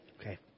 okay